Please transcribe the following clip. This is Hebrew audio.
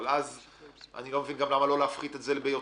אבל אז אני לא מבין גם למה לא להפחית את זה יותר.